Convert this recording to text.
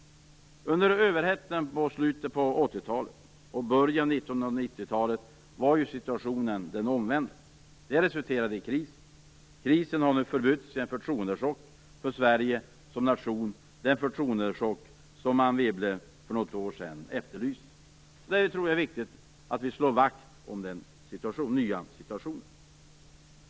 Under överhettningen i slutet av 1980 talet och i början av 1990-talet var ju situationen den omvända. Det resulterade i kris. Krisen har nu förbytts i en förtroendechock för Sverige som nation. Det är en förtroendechock som Anne Wibble för något år sedan efterlyste. Jag tror att det är viktigt att vi slår vakt om den nya situationen.